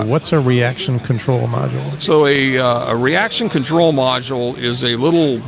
what's a reaction control module so a a reaction control module is a little